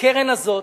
הקרן הזאת,